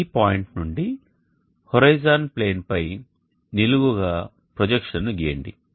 ఈ పాయింట్ నుండి హోరిజోన్ ప్లేన్పై నిలువు గాప్రొజెక్షన్ను గీయండి